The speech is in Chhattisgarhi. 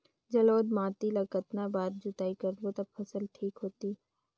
जलोढ़ माटी ला कतना बार जुताई करबो ता फसल ठीक होती?